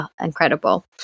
incredible